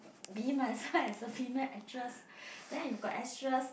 me myself as a female actress then if got extras